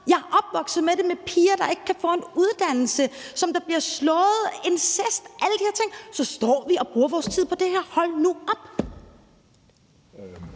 Jeg er opvokset med det, med piger, der ikke kan få en uddannelse, og som bliver slået, incest, alle de her ting, og så står vi og bruger vores tid på det her. Hold nu op!